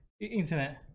internet